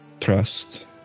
trust